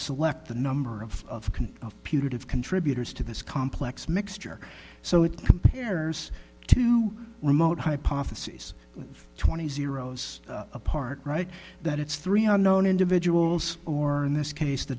select the number of putative contributors to this complex mixture so it compares to remote hypotheses twenty zeroes apart right that it's three unknown individuals or in this case the